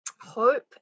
hope